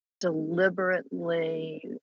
deliberately